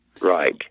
Right